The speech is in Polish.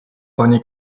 panie